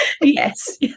Yes